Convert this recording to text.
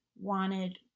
wanted